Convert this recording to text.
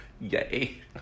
yay